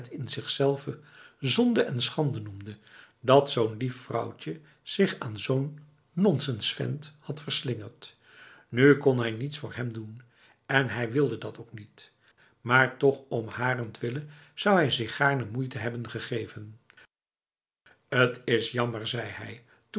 in zichzelve zonde en schande noemde dat zo'n lief vrouwtje zich aan zo'n nonsensvent had verslingerd nu kon hij niets voor hem doen en hij wilde dat ook niet maar toch om harentwille zou hij zich gaarne moeite hebben gegeven t is jammer zei hij